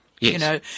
Yes